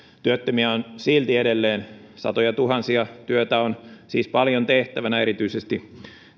työttömiä on silti edelleen satojatuhansia työtä on siis paljon tehtävänä erityisesti